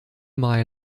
mile